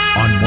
on